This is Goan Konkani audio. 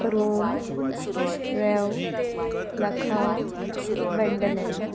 रोम रेव लखाव वंडलँड